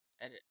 Edit